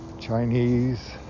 Chinese